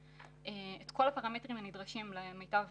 את כל הפרמטרים הנדרשים למיטב הבנתנו.